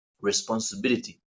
responsibility